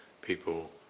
people